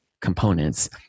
components